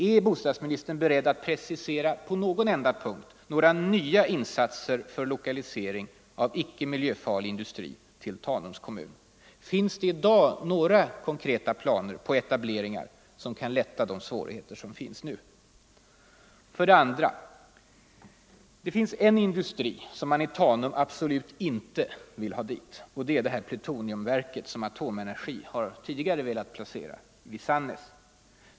Är bostadsministern beredd att på någon enda punkt precisera nya insatser för lokalisering av icke miljöfarlig industri till Tanums kommun? Finns det i dag några konkreta planer på etableringar som kan lätta de nuvarande svårigheterna? 2. Det finns en industri som man i Tanum absolut inte vill ha i kommunen; det plutoniumverk som AB Atomenergi tidigare velat placera vid Sannäs.